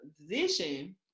position